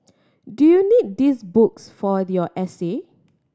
do you need these books for your essay